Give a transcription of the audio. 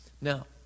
Now